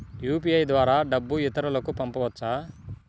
UPI ద్వారా డబ్బు ఇతరులకు పంపవచ్చ?